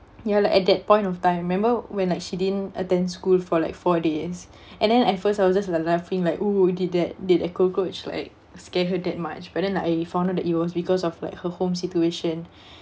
ya lah at that point of time remember when like she didn't attend school for like four days and then at first I was just like laughing like oh who did that did the cockroach like scare her that much but then like I found out that it was because of like her home situation